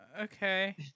okay